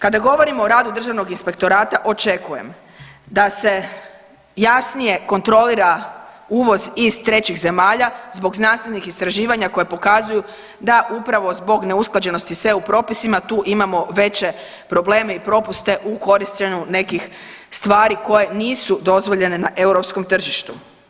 Kada govorimo o radu Državnog inspektorata očekujem da se jasnije kontrolira uvoz iz trećih zemalja zbog znanstvenih istraživanja koja pokazuju da upravo zbog neusklađenosti sa EU propisima tu imamo veće probleme i propuste u korištenju nekih stvari koje nisu dozvoljene na europskom tržištu.